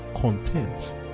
content